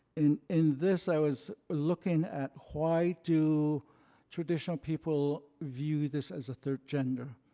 in in this, i was looking at, why do traditional people view this as a third gender?